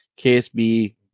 ksb